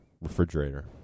refrigerator